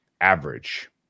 average